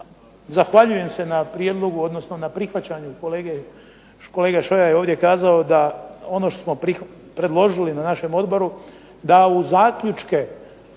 odnosno na prihvaćanju kolege, kolega Šoja je ovdje kazao da ono što smo predložili na našem odboru, da u zaključke